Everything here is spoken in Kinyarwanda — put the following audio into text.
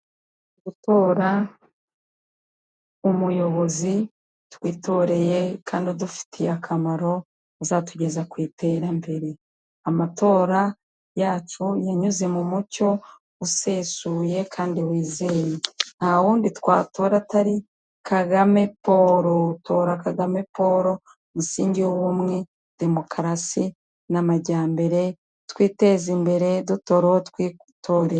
Gutora umuyobozi, twitoreye kandi udufitiye akamaro, uzatugeza ku iterambere. Amatora yacu yanyuze mu mucyo usesuye. Kandi wizewe nta wundi twatora atari kagame Poro, tora kagame poro umusingi w'ubumwe demokarasi n'amajyambere twiteze imbere, dutore uwo twitorera.